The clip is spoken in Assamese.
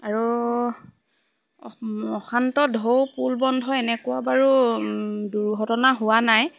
আৰু অশান্ত ঢৌ পুল বন্ধ এনেকুৱা বাৰু দুৰ্ঘটনা হোৱা নাই